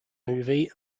movie